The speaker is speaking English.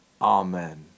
Amen